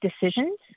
decisions